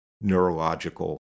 neurological